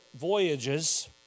voyages